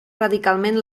radicalment